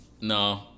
no